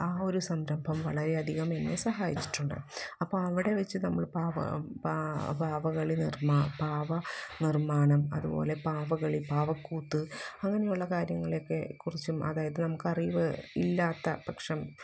ആ ഒരു സംരംഭം വളരെയധികം എന്നെ സഹായിച്ചിട്ടുണ്ട് അപ്പോൾ അവിടെ വെച്ച് നമ്മള് പാവ പാ പാവകളെ നിര്മ്മാണ പാവ നിര്മ്മാണം അതുപോലെ പാവകളി പാവക്കൂത്ത് അങ്ങനെയുള്ള കാര്യങ്ങളൊക്കെ കുറച്ചും അതായത് നമുക്കറിവ് ഇല്ലാത്ത പക്ഷം